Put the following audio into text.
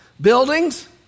Buildings